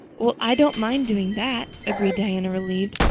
well, i don't mind doing that, agreed diana, relieved.